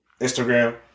Instagram